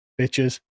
bitches